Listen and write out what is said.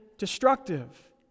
destructive